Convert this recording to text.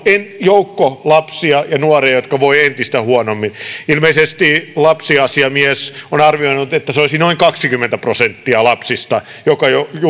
joukko lapsia ja nuoria jotka voivat entistä huonommin ilmeisesti lapsiasiamies on arvioinut että se olisi noin kaksikymmentä prosenttia lapsista jotka jo